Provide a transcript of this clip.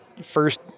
first